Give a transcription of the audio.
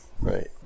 Right